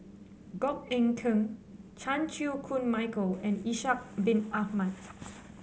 Goh Eck Kheng Chan Chew Koon Michael and Ishak Bin Ahmad